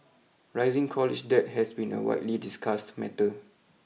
rising college debt has been a widely discussed matter